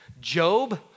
Job